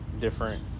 different